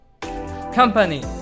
company